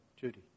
Judy